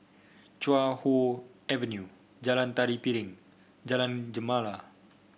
Chuan Hoe Avenue Jalan Tari Piring Jalan Gemala